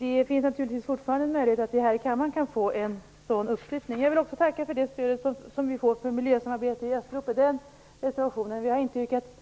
Det finns naturligtvis fortfarande en möjlighet att vi här i kammaren kan få en sådan uppslutning. Jag vill också tacka för det stöd som vi har fått för reservationen om miljösamarbete i Östeuropa. Vi har inte yrkat